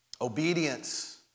Obedience